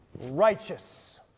Righteous